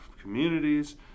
communities